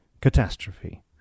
catastrophe